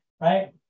right